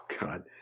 God